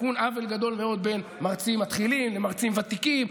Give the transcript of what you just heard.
ותיקון עוול גדול מאוד בין מרצים מתחילים למרצים ותיקים.